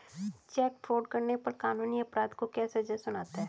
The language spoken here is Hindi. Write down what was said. चेक फ्रॉड करने पर कानून अपराधी को क्या सजा सुनाता है?